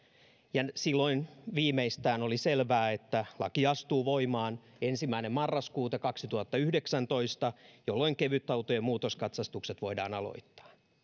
ja silloin viimeistään oli selvää että laki astuu voimaan ensimmäinen marraskuuta kaksituhattayhdeksäntoista jolloin kevytautojen muutoskatsastukset voidaan aloittaa